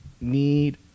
need